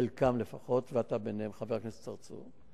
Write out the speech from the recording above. חלקם לפחות, ואתה ביניהם, חבר הכנסת צרצור.